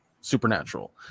supernatural